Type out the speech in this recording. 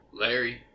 Larry